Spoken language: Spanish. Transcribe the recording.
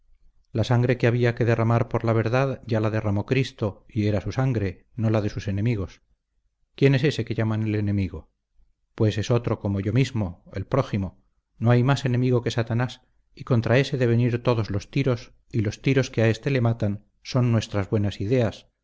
la sangre que había que derramar por la verdad ya la derramó cristo y era su sangre no la de sus enemigos quién es ese que llaman el enemigo pues es otro como yo mismo el prójimo no hay más enemigo que satanás y contra ése deben ir todos los tiros y los tiros que a éste le matan son nuestras buenas ideas